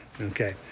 Okay